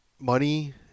money